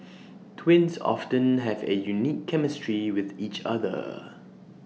twins often have A unique chemistry with each other